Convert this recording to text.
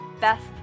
best